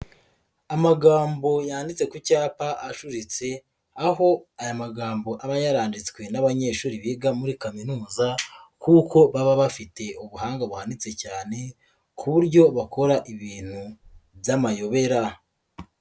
Amagambo yanditse ku cyapa acuritse, aho aya magambo aba yaranditswe n'abanyeshuri biga muri kaminuza kuko baba bafite ubuhanga buhanitse cyane, ku buryo bakora ibintu by'amayobera.